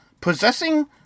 possessing